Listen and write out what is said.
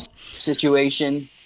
situation